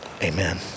Amen